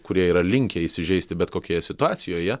kurie yra linkę įsižeisti bet kokioje situacijoje